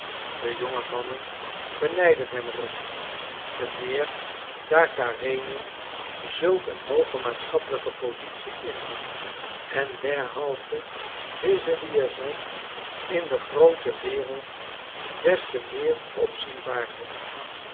de jonge mannen benijdden hem er om te meer daar karenin zulk een hooge maatschappelijke positie innam en derhalve deze liaison in de groote wereld des te meer